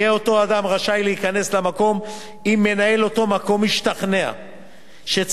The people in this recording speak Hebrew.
יהיה אותו אדם רשאי להיכנס למקום אם מנהל אותו מקום השתכנע שצרכיו